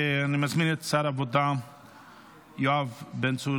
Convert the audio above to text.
אני מזמין את שר העבודה יואב בן צור